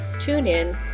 TuneIn